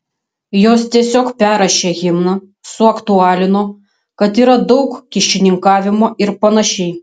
jos tiesiog perrašė himną suaktualino kad yra daug kyšininkavimo ir panašiai